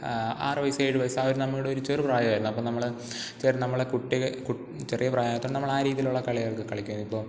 ആറ് വയസ്സ് ഏഴ് വയസ്സ് ആ ഒരു നമ്മളുടെയൊരു ചെറു പ്രായമായിരുന്നു അപ്പം നമ്മൾ തീർച്ചയായിട്ടും നമ്മൾ കുട്ടിക ചെറിയ പ്രായത്തിൽ നമ്മളാ രീതിയിലുള്ള കളികളൊക്കെ കളിക്കുമായിരുന്നു ഇപ്പം